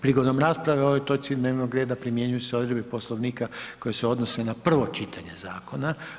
Prigodom rasprave o ovoj točci dnevnog reda primjenjuju se odredbe Poslovnika koje se odnose na prvo čitanje zakona.